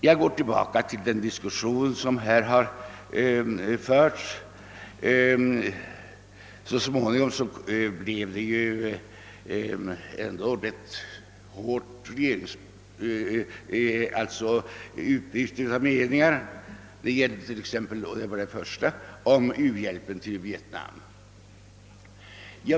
Jag går tillbaka till den diskussion som här har förts. Den gällde till exempel u-hjälpen till Vietnam.